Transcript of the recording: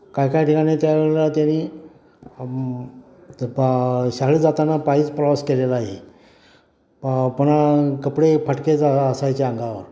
काय काय ठिकाणी त्यावेळेला त्यांनी पा शाळेत जाताना पायीच प्रवास केलेला आहे प पण कपडे फाटकेच असायचे अंगावर